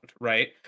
right